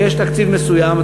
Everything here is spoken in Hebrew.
ויש תקציב מסוים.